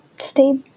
Stay